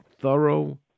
thorough